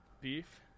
Beef